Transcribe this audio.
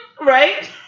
Right